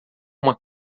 uma